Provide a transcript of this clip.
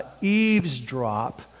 eavesdrop